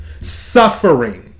Suffering